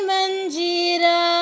Manjira